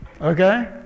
Okay